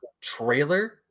trailer